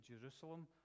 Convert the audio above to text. Jerusalem